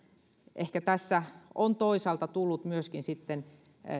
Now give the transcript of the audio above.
ehkä tässä on toisaalta tullut myöskin sitten